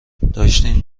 داشتین